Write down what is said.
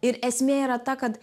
ir esmė yra ta kad